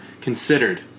considered